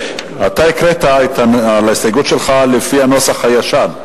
אתה הקראת את ההסתייגות שלך לפי הנוסח הישן,